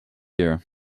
year